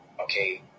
okay